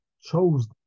chose